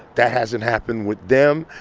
that hasn't happened with them.